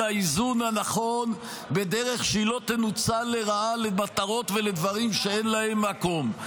האיזון הנכון בדרך שהיא לא תנוצל לרעה למטרות ולדברים שאין להם מקום.